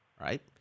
Right